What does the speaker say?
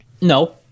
No